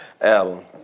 album